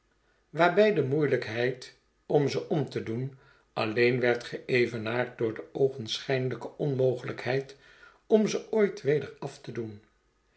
waarbij de moeielijkheid om ze om te doen alleen werd geevenaard door de oogenschijnlijke onmogelijkheid om ze ooit weder af te doen